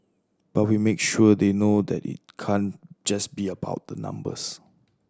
but we make sure they know that it can't just be about the numbers